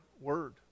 word